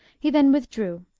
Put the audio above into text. he then withdrew,